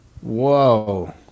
Whoa